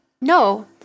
No